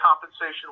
Compensation